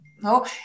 no